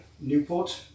Newport